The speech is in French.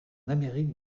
amérique